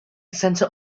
centre